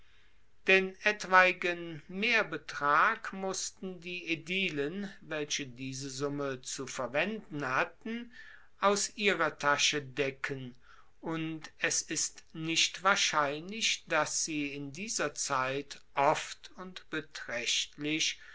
den etwaigen mehrbetrag mussten die aedilen welche diese summe zu verwenden hatten aus ihrer tasche decken und es ist nicht wahrscheinlich dass sie in dieser zeit oft und betraechtlich